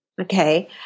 Okay